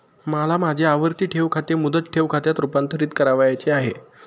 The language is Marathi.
मला माझे आवर्ती ठेव खाते मुदत ठेव खात्यात रुपांतरीत करावयाचे आहे